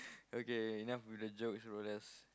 okay enough of the jokes what else